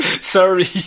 Sorry